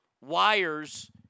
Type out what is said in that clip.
wires